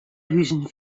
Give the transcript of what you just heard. huzen